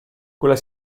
quella